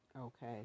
okay